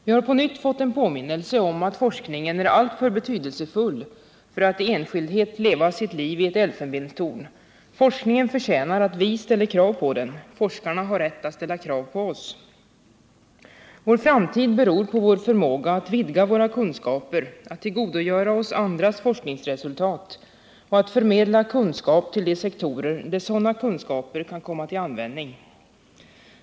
Vi har på nytt fått en påminnelse om att forskningen är alltför betydelsefull för att i enskildhet leva sitt liv i ett elfenbenstorn. Forskningen förtjänar att vi ställer krav på den. Forskarna har rätt att ställa krav på oss. Vår framtid beror av vår förmåga att vidga våra kunskaper, att tillgodogöra oss andras forskningsresultat och att förmedla kunskap till de sektorer där sådana kunskaper kan komma till användning.